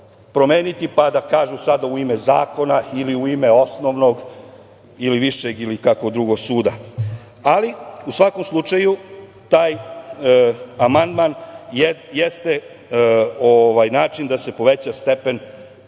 promeniti, pa da kažu sada – u ime zakona ili u ime osnovnog ili višeg ili kakvog drugog suda? Ali, u svakom slučaju taj amandman jeste način da se poveća stepen